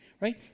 right